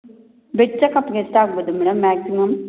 blood ಚಕಪ್ಗೆ ಎಷ್ಟಾಗ್ಬೋದು madam maximum